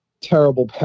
terrible